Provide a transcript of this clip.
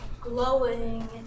glowing